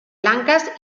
blanques